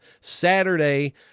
Saturday